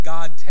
God